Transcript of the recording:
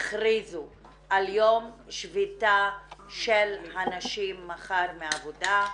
הכריזו על יום שביתה של הנשים מחר מעבודה.